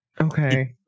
Okay